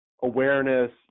awareness